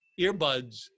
earbuds